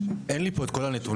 אין לי פה כל הנתונים.